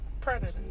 Predator